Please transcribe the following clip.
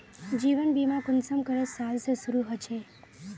जीवन बीमा कुंसम करे साल से शुरू होचए?